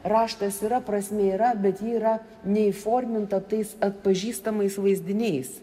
raštas yra prasmė yra bet ji yra neįforminta tais atpažįstamais vaizdiniais